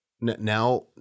now